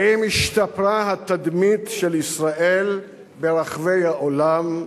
האם השתפרה התדמית של ישראל ברחבי העולם?